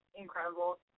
incredible